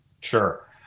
Sure